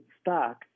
stock